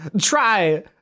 Try